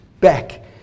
back